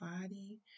body